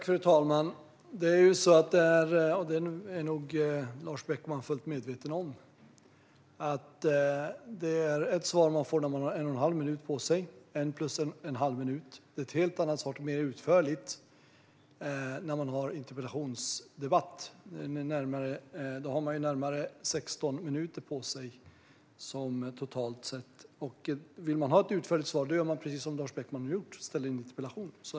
Fru talman! Lars Beckman är nog fullt medveten om att det är en sak att ge ett svar under en frågestund, då man har en minut plus en halvminut på sig att svara, och en helt annan att svara i en interpellationsdebatt, där man kan ge ett utförligt svar och har närmare 16 minuter på sig totalt sett. Vill man ha ett utförligt svar ska man göra precis som Lars Beckman har gjort, nämligen skriva en interpellation.